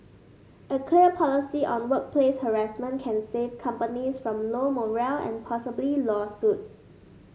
a clear policy on workplace harassment can save companies from low morale and possibly lawsuits